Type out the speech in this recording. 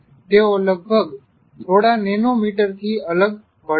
તેઓ લગભગ થોડા નેનો મીટરથી અલગ પડે છે